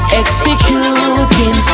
executing